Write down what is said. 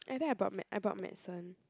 I think I brought meds I brought medicine